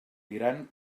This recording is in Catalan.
diran